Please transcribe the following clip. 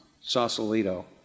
Sausalito